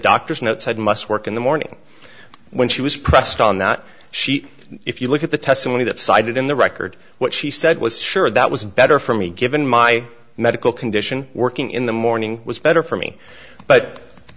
doctor's note said must work in the morning when she was pressed on that sheet if you look at the testimony that cited in the record what she said was sure that was better for me given my medical condition working in the morning was better for me but